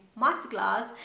Masterclass